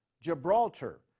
Gibraltar